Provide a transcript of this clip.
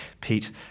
Pete